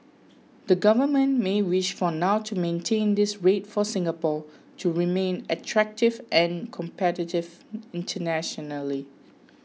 the government may wish for now to maintain this rate for Singapore to remain attractive and competitive internationally